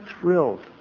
thrilled